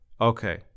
Okay